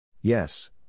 Yes